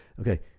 Okay